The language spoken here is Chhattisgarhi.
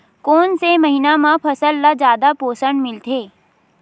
कोन से महीना म फसल ल जादा पोषण मिलथे?